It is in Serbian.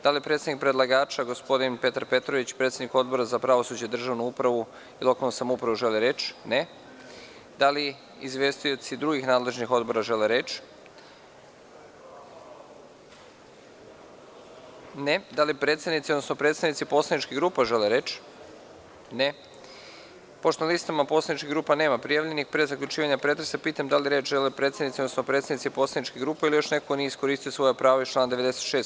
Da li predstavnik predlagača, gospodin Petar Petrović, predsednik Odbora za pravosuđe, državnu upravu i lokalnu samoupravu želi reč? (Ne) Da li izvestioci drugih nadležnih odbora žele reč? (Ne) Da li predsednici, odnosno predstavnici poslaničkih grupa žele reč? (Ne) Pošto na listama poslaničkih grupa nema prijavljenih, pre zaključivanja pretresa, pitam da li žele reč predsednici, odnosno predstavnici poslaničkih grupa ili još neko ko nije iskoristio svoje pravo iz člana 96.